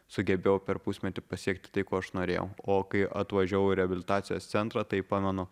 sugebėjau per pusmetį pasiekti tai ko aš norėjau o kai atvažiavau į reabilitacijos centrą tai pamenu